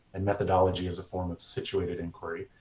and methodology as a form of situated inquiry.